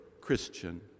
Christian